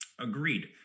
Agreed